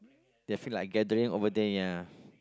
they feel like gathering over there ya